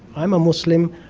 i'm a muslim.